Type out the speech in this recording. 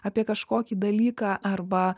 apie kažkokį dalyką arba